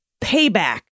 payback